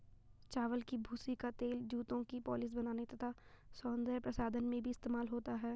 चावल की भूसी का तेल जूतों की पॉलिश बनाने तथा सौंदर्य प्रसाधन में भी इस्तेमाल होता है